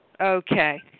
Okay